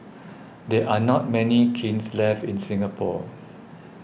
there are not many kilns left in Singapore